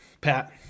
Pat